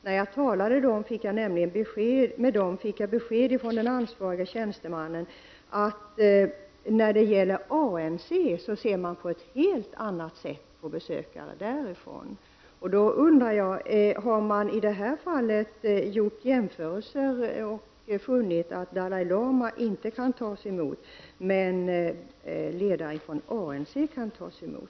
När jag talade med UD fick jag nämligen från den ansvarige tjänstemannen besked om att man ser på ett helt annat sätt på besökare från ANC. Då undrar jag: Har man i detta fall gjort jämförelser och funnit att Dalai Lama inte kan tas emot, medan ledare från ANC kan tas emot?